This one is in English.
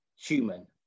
human